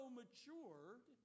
matured